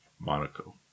monaco